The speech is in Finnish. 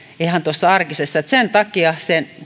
ihan tuossa arjessa sen takia